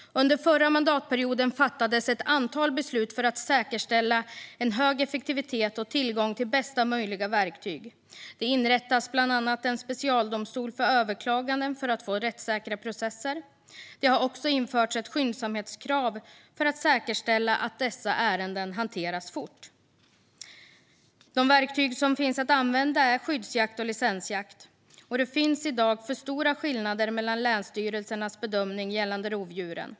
Under förra mandatperioden fattades ett antal beslut för att säkerställa hög effektivitet och tillgång till bästa möjliga verktyg. För att få rättssäkra processer inrättades bland annat en specialdomstol för överklagande. Det har också införts ett skyndsamhetskrav för att säkerställa att dessa ärenden hanteras fort. De verktyg som finns att använda är skyddsjakt och licensjakt. Det är i dag för stora skillnader mellan länsstyrelsernas bedömning gällande rovdjuren.